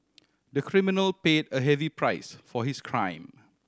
the criminal paid a heavy price for his crime